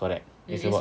correct it's about